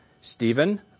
Stephen